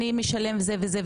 אני משלם זה וזה?